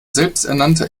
selbsternannte